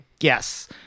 Yes